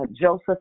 Joseph